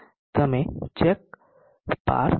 તમે ચેક પાર કરી શકો છો